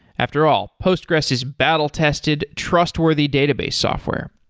after all, postgressql is battle-tested, trustworthy database software